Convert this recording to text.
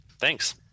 Thanks